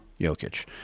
Jokic